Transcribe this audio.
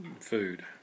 food